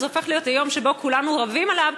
וזה הופך להיות היום שכולנו רבים עליו,